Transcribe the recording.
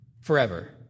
Forever